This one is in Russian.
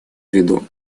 виду